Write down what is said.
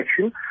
action